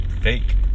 fake